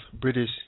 British